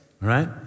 right